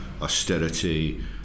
austerity